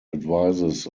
advises